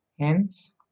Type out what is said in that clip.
hence